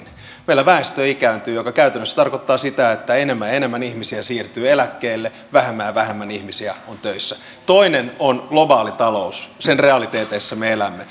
meillä väestö ikääntyy mikä käytännössä tarkoittaa sitä että enemmän ja enemmän ihmisiä siirtyy eläkkeelle vähemmän ja vähemmän ihmisiä on töissä toinen on globaalitalous sen realiteeteissa me elämme